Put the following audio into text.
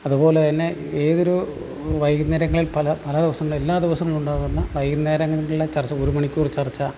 അതുപോലെത്തന്നെ ഏതൊരു വൈകുന്നേരങ്ങളിൽ പല പല ദിവസങ്ങളിൽ എല്ലാ ദിവസങ്ങളിൽ ഉണ്ടാവുന്ന വൈകുന്നേരങ്ങളിലെ ചർച്ച ഒരു മണിക്കൂർ ചർച്ച